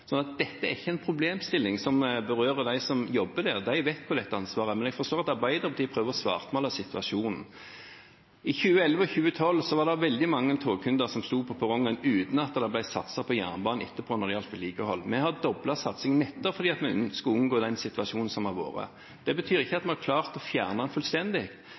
Dette er ikke en problemstilling som berører dem som jobber der. De vet hvor dette ansvaret er, men jeg forstår at Arbeiderpartiet prøver å svartmale situasjonen. I 2011 og 2012 var det veldig mange togkunder som sto på perrongen uten at det ble satset på jernbane etterpå når det gjaldt vedlikehold. Vi har doblet satsingen nettopp for å unngå den situasjonen som har vært. Det betyr ikke at vi har klart å fjerne den fullstendig,